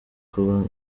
kuba